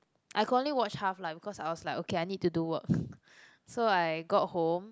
I could only watch half lah because I was like okay I need to do work so I got home